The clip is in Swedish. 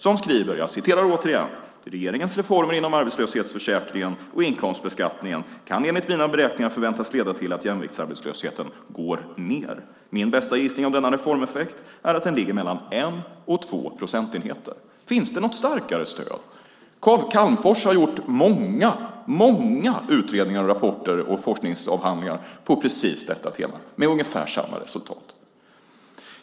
Han skriver: Regeringens reformer inom arbetslöshetsförsäkringen och inkomstbeskattningen kan enligt mina beräkningar förväntas leda till att jämviktsarbetslösheten går ned. Min bästa gissning om denna reformeffekt är att den ligger mellan 1 och 2 procentenheter. Finns det något starkare stöd? Lars Calmfors har gjort många utredningar, rapporter och forskningsavhandlingar på precis detta tema med ungefär samma resultat.